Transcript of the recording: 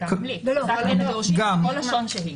--- כל לשון שהיא.